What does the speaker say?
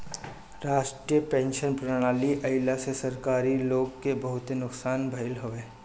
राष्ट्रीय पेंशन प्रणाली आईला से सरकारी लोग के बहुते नुकसान भईल हवे